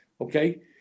Okay